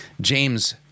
James